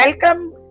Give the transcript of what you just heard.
welcome